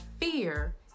fear